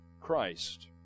Christ